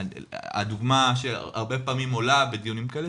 הדוגמה שהרבה פעמים עולה בדיונים כאלה